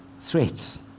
Threats